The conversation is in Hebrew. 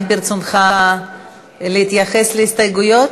האם ברצונך להתייחס להסתייגויות?